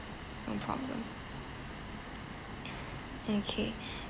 no problem okay